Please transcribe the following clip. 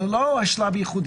אבל הוא לא השלב היחידי,